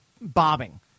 bobbing